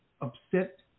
upset